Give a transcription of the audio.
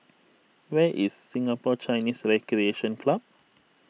where is Singapore Chinese Recreation Club